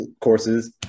courses